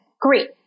Great